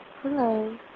Hello